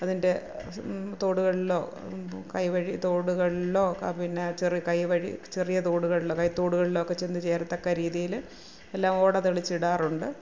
അതിന്റെ തോടുകളിലോ കൈവഴി തോടുകളിലോ ക പിന്നെ ചെര് കൈവഴി ചെറിയ തോടുകളിലൊ അതായ തോടുകളിലോ ഒക്കെ ചെന്നുചേരത്തക്ക രീതിയിൽ എല്ലാ ഓട തെളിച്ചിടാറുണ്ട്